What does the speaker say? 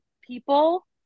people